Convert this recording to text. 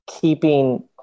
keeping